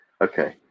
okay